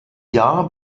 jahr